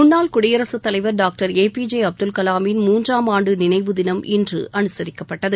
முன்னாள் குடியரசு தலைவர் doctor A P J Abdul கலாமின் மூன்றாம் ஆண்டு நினைவு தினம் இன்று அனுசரிக்கப்பட்டது